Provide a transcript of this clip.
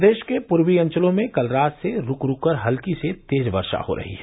प्रदेश के पूर्वी अंचलों में कल रात से रूक रूक हल्की से तेज वर्षा हो रही है